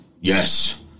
Yes